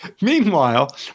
Meanwhile